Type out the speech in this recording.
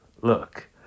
Look